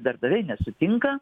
darbdaviai nesutinka